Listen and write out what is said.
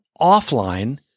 offline